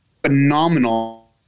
phenomenal